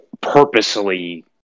purposely